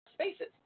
spaces